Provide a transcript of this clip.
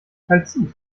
kalzit